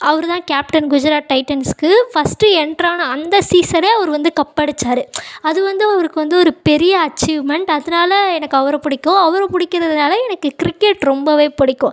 அவர்தான் கேப்டன் குஜராத் டைடென்ஸுக்கு ஃபஸ்ட்டு என்ட்ரான அந்த சீசனே அவர் வந்து கப்படிச்சார் அது வந்து அவருக்கு வந்து ஒரு பெரிய அச்சீவ்மென்ட் அதனாலே எனக்கு அவரை பிடிக்கும் அவர் பிடிக்கிறதுனால எனக்கு கிரிக்கெட் ரொம்பவே பிடிக்கும்